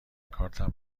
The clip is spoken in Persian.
کارتم